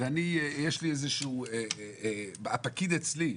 והפקיד אצלי,